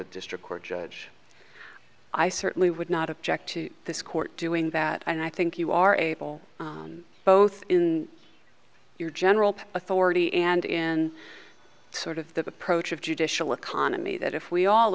a district court judge i certainly would not object to this court doing that and i think you are able both in your general authority and in sort of that approach of judicial economy that if we all